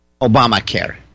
Obamacare